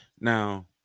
now